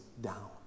down